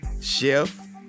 Chef